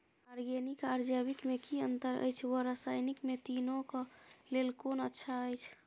Organic आर जैविक में कि अंतर अछि व रसायनिक में तीनो क लेल कोन अच्छा अछि?